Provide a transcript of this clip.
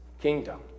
kingdom